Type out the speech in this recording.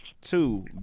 two